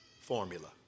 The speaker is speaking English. formula